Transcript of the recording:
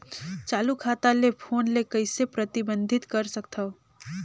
चालू खाता ले फोन ले कइसे प्रतिबंधित कर सकथव?